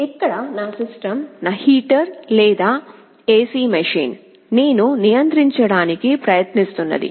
ఇక్కడ నా సిస్టమ్ నా హీటర్ లేదా ఎసి మెషిన్ నేను నియంత్రించడానికి ప్రయత్నిస్తున్నది